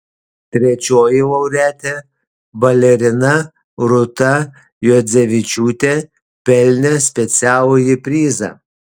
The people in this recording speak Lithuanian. trečioji laureatė balerina rūta juodzevičiūtė pelnė specialųjį prizą